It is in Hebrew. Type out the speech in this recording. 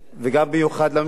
וגם, במיוחד, לממשלה.